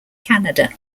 canada